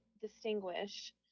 distinguish